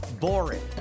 boring